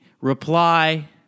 reply